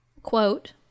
Quote